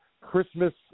Christmas